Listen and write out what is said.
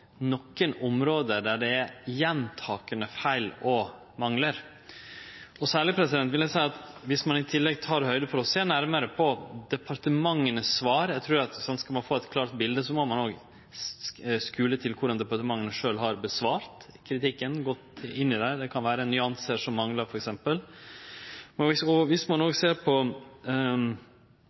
område der det er gjentakande feil og manglar. Særleg vil eg seie – når ein i tillegg tek høgd for å sjå nærmare på svara frå departementa: Eg trur at skal ein få eit klart bilete, må ein òg skule til korleis departementa sjølve har svara på og gått inn i kritikken. Det kan vere f.eks. nyansar som manglar. Ein må ta omsyn til det faktum at ein del av problemstillingane er komplekse, f. eks. IKT og